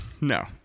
no